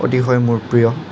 অতিকৈ মোৰ প্ৰিয়